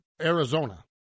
Arizona